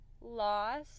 lost